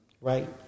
right